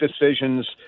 decisions